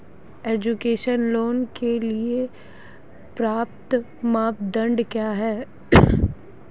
Education loan के लिए पात्रता मानदंड क्या है?